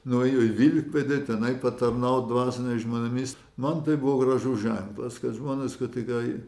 nuėjo į vilkpėdę tenai patarnaut dvasiniais žmonėmis man tai buvo gražus ženklas kad žmonės kad tikrai